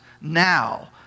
now